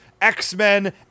X-Men